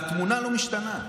והתמונה לא משתנה.